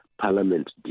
Parliament